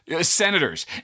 senators